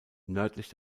nördlich